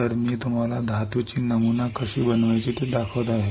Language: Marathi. तर मी तुम्हाला धातूच नमुना कशी बनवायच ते दाखवत आहे